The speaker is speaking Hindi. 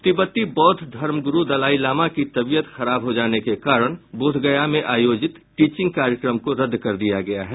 तिब्बती बौद्ध धर्म ग्रू दलाई लामा की तबियत खराब हो जाने के कारण बोधगया में आयोजित टीचिंग कार्यक्रम को रद्द कर दिया गया है